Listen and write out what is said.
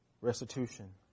restitution